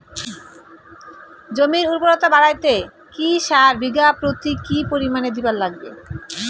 জমির উর্বরতা বাড়াইতে কি সার বিঘা প্রতি কি পরিমাণে দিবার লাগবে?